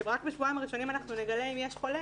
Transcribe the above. שרק בשבועיים הראשונים אנחנו נגלה אם יש חולה,